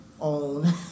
own